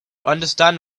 understand